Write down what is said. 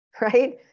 right